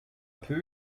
peu